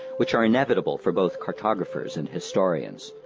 which are inevitable for both cartographers and historians.